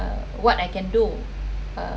uh what I can do uh